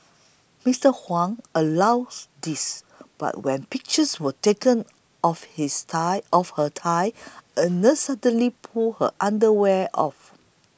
Mister Huang allows this but when pictures were taken of his thigh of her thigh a nurse suddenly pulled her underwear off